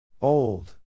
Old